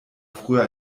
früher